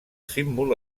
símbol